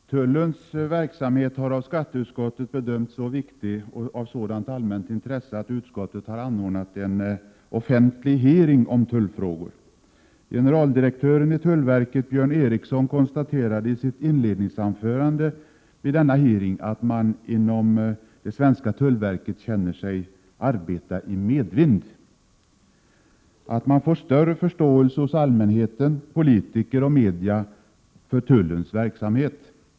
Herr talman! Tullens verksamhet har av skatteutskottet bedömts så viktig och av sådant allmänt intresse att utskottet har anordnat en offentlig hearing om tullfrågor. Generaldirektören i tullverket, Björn Eriksson, konstaterade i sitt inledningsanförande vid denna hearing att man inom det svenska tullverket känner sig arbeta i medvind samt att man får större förståelse hos allmänheten, politiker och media för tullens verksamhet.